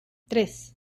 tres